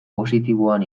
positiboan